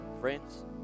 friends